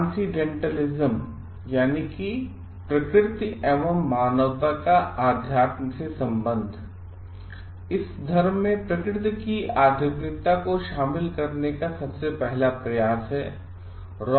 transcendentalism धर्ममें प्रकृति की आध्यात्मिकता को शामिल करने का सबसे पहला प्रयासहै